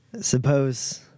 Suppose